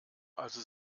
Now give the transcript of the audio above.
also